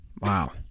Wow